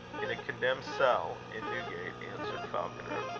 in a condemned cell in newgate, answered falconer.